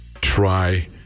try